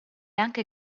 anche